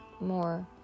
more